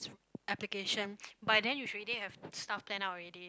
s~ application by then you should already have stuff planned out already